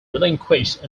relinquished